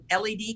LED